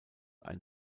ein